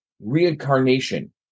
reincarnation